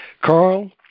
Carl